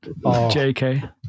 JK